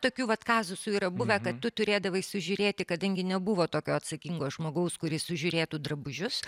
tokių vat kazusų yra buvę kad du turėdavai sužiūrėti kadangi nebuvo tokio atsakingo žmogaus kuris sužiūrėtų drabužius